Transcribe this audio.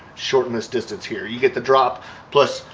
shorten this distance here you get the drop plus,